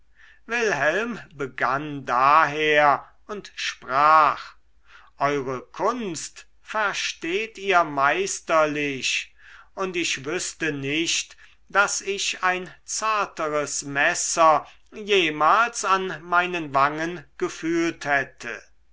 wilhelm begann daher und sprach eure kunst versteht ihr meisterlich und ich wüßte nicht daß ich ein zarteres messer jemals an meinen wangen gefühlt hätte